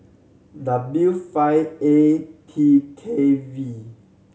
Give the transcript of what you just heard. W five A T K V